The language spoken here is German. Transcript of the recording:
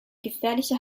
gefährlicher